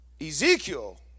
Ezekiel